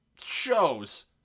shows